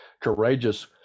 courageous